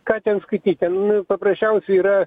ką ten skaityt ten paprasčiausiai yra